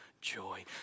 joy